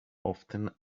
often